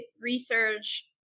research